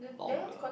longer